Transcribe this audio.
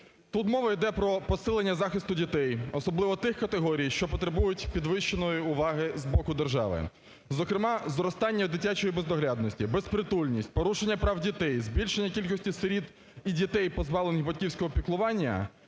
Тут мова йде про посилення захисту дітей, особливо тих категорій, що потребують підвищеної уваги з боку держави. Зокрема, зростання дитячої бездоглядності, безпритульність, порушення права дітей, збільшення кількості сиріт і дітей, позбавлених батьківського піклування